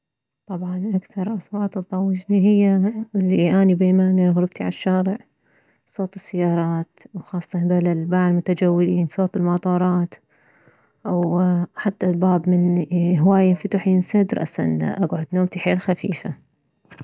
طبعا اكثر اصوات تضوجني هي الي اني بما انه غرفتي عالشارع صوت السيارات وخاصة هذوله البائعة المتجولين صوت الماطورات و حتى الباب من هواية ينفتح وينسد رأسا اكعد نومتي حيل خفيفة